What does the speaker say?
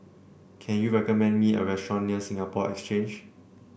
can you recommend me a restaurant near Singapore Exchange